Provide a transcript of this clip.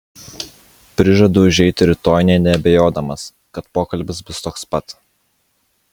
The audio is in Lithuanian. prižadu užeiti rytoj nė neabejodamas kad pokalbis bus toks pat